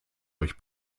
euch